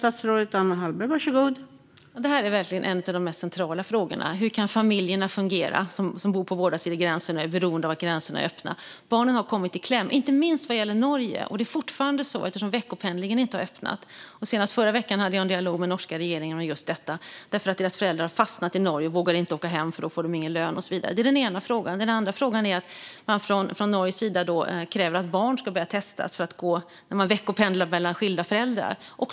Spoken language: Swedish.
Fru talman! Det här är verkligen en av de mest centrala frågorna. Hur kan de familjer som bor på båda sidor om en gräns och som är beroende av att gränserna är öppna fungera? Barnen har kommit i kläm, inte minst vad gäller Norge. Det är fortfarande så, eftersom veckopendlingen inte har öppnat. Senast förra veckan hade jag en dialog med den norska regeringen om just detta. Barnens föräldrar har fastnat i Norge och vågar inte åka hem, för då får de ingen lön. Det är den ena frågan. Den andra frågan är att man från Norges sida kräver att barn som veckopendlar mellan skilda föräldrar ska börja testas.